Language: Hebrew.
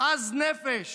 עז נפש